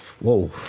whoa